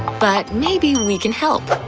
but maybe we can help.